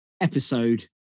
episode